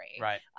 right